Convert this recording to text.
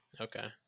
Okay